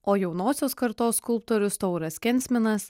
o jaunosios kartos skulptorius tauras kensminas